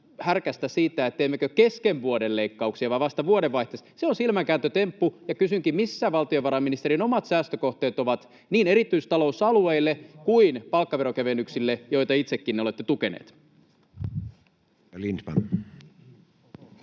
härkästä siitä, teemmekö leikkauksia kesken vuoden vai vasta vuodenvaihteessa, on silmänkääntötemppu. Kysynkin: missä valtionvarainministerin omat säästökohteet ovat niin erityistalousalueille kuin palkkaverokevennyksille, joita itsekin olette tukenut?